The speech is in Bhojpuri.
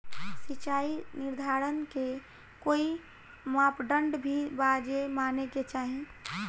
सिचाई निर्धारण के कोई मापदंड भी बा जे माने के चाही?